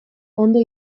ondo